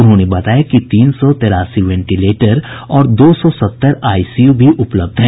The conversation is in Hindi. उन्होंने बताया कि तीन सौ तेरासी वेंटिलेटर और दो सौ सत्तर आईसीयू भी उपलब्ध हैं